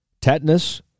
tetanus